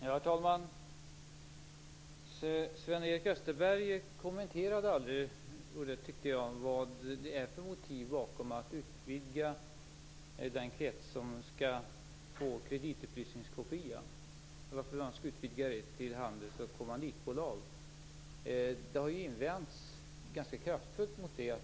Herr talman! Sven-Erik Österberg kommenterade aldrig, tyckte jag, vad det är för motiv bakom att utvidga den krets som skall få kreditupplysningskopia till handels och kommanditbolag. Det har invänts ganska kraftfullt mot detta.